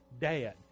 dad